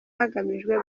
hagamijwe